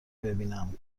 ببینم